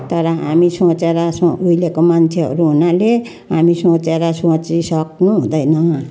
तर हामी सोचेर सो उहिलेको मान्छेहरू हुनाले हामी सोचेर सोचिसक्नु हुँदैन